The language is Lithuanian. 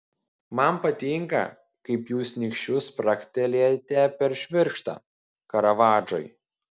man patinka kaip jūs nykščiu spragtelėjate per švirkštą karavadžai